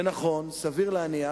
נכון, סביר להניח